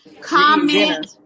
comment